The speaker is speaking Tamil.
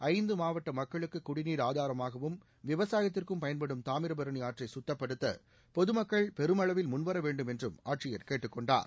ஐந்து மாவட்ட மக்களுக்கு குடிநீர் ஆதாரமாகவும் விவசாயத்திற்கும் பயன்படும் தாமிரபரணி ஆற்றை சுத்தப்படுத்த பொதுமக்கள் பெருமளவில் முன்வர வேண்டும் என்றும் ஆட்சியர் கேட்டுக் கொண்டார்